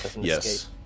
yes